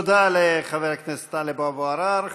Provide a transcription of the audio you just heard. תודה לחבר הכנסת טלב אבו עראר.